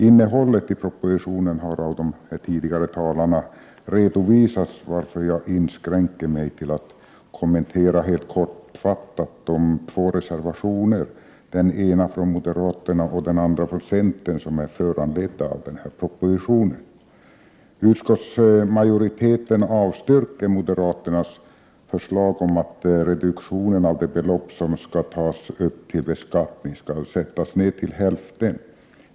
Innehållet i propositionen har redovisats av de tidigare talarna, varför jag begränsar mig till att helt kortfattat kommentera de två reservationer, den ena av moderaterna och den andra av centern, som är föranledda av propositionen. Utskottsmajoriteten avstyrker moderaternas förslag om att reduktionen av det belopp som skall tas upp till beskattning skall sättas ned till hälften.